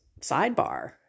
sidebar